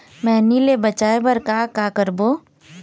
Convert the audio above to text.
मैनी ले बचाए बर का का करबो?